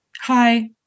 hi